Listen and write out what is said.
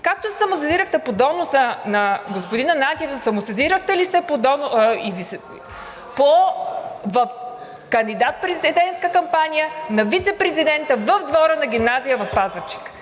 както се самосезирахте по доноса на господин Ананиев, самосезирахте ли се в кандидат-президентска кампания на вицепрезидента в двора на гимназия в Пазарджик.